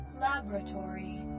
Laboratory